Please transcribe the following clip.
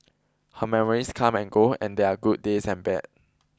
her memories come and go and there are good days and bad